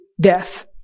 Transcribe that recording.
death